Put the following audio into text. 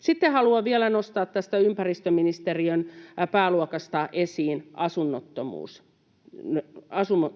Sitten haluan vielä nostaa tästä ympäristöministeriön pääluokasta esiin